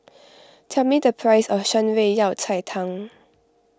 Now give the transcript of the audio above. tell me the price of Shan Rui Yao Cai Tang